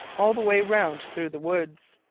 all the way round through the woods.